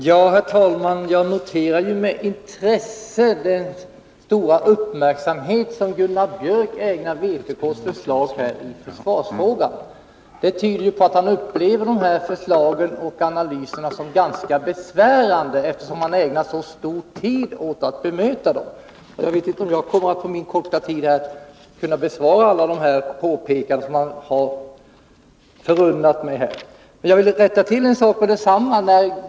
Herr talman! Jag noterar med intresse den stora uppmärksamhet som Gunnar Björk i Gävle ägnar vpk:s förslag i försvarsfrågan. Det tyder på att han upplever förslagen och analyserna som ganska besvärande, eftersom han ägnar så stor tid att bemöta dem. Jag vet inte om jag på min korta tid kan besvara alla påpekanden han förunnat mig. Jag vill rätta till en sak med detsamma.